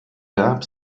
gab